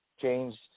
changed